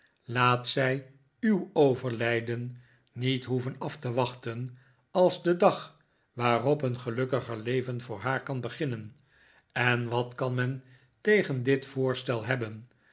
laat zij u w overlijden niet hoeven af te wachten als de dag waarop een gelukkiger leven voor haar kan beginnen en wat kan men tegen dit voorstel hebben